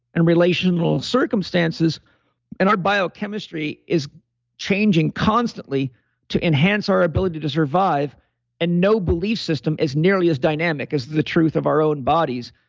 and relational circumstances and our biochemistry is changing constantly to enhance our ability to survive and no belief system is nearly as dynamic as the truth of our own bodies.